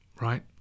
right